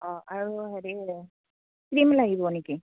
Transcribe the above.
অঁ আৰু হেৰি ক্ৰীম লাগিব নেকি